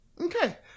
Okay